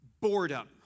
boredom